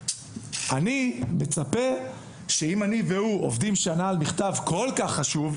אני מצפה שאם אני והוא עובדים שנה על מכתב כל כך חשוב,